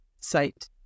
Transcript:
site